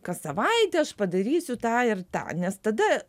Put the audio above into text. kas savaitę aš padarysiu tą ir tą nes tada